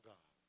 God